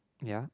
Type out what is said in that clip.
ya